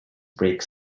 break